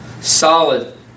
Solid